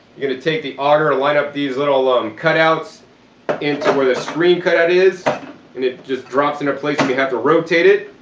you're gonna take the auger, line up these little ah um cutouts into where the screen cutout is, and it just drops into place and you have to rotate it,